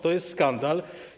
To jest skandal.